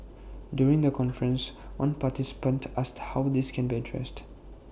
during the conference one participant asked how this can be addressed